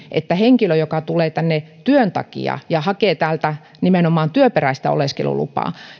että henkilön joka tulee tänne työn takia ja hakee täältä nimenomaan työperäistä oleskelulupaa